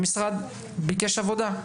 המשרד ביקש עבודה,